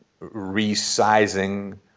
resizing